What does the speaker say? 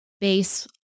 base